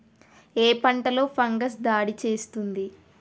ఏ పంటలో ఫంగస్ దాడి చేస్తుంది?